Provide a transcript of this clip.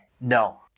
No